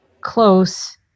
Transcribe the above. close